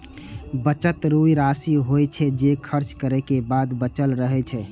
बचत ऊ राशि होइ छै, जे खर्च करै के बाद बचल रहै छै